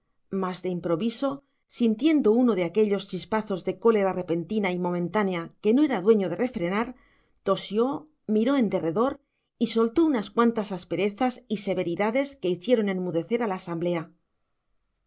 mas de improviso sintiendo uno de aquellos chispazos de cólera repentina y momentánea que no era dueño de refrenar tosió miró en derredor y soltó unas cuantas asperezas y severidades que hicieron enmudecer a la asamblea